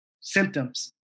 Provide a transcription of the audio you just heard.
symptoms